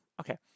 Okay